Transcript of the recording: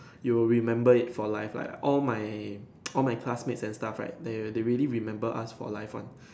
you will remember it for life like all my all my classmates and stuff right they they really remember us for life one